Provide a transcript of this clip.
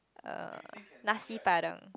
uh nasi-padang